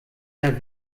der